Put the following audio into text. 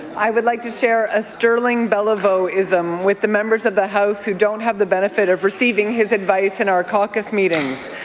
i would like to share a sterling belliveau-ism with the members of the house who don't have the benefit of receiving his advice in our caucus meetings.